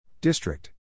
District